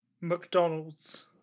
McDonald's